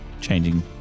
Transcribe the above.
changing